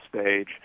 stage